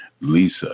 lisa